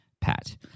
Pat